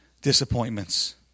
Disappointments